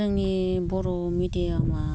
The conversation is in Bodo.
जोंनि बर' मिदियामआ